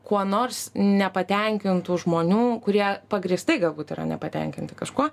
kuo nors nepatenkintų žmonių kurie pagrįstai galbūt yra nepatenkinti kažkuo